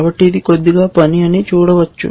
కాబట్టి ఇది కొద్దిగా పని అని చూడవచ్చు